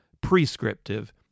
prescriptive